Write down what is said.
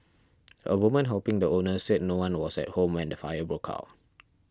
a woman helping the owners said no one was at home when the fire broke out